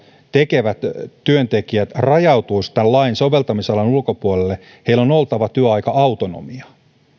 tekevät työntekijät rajautuisivat tämän lain soveltamisalan ulkopuolelle heillä on oltava työaika autonomia